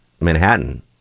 Manhattan